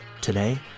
Today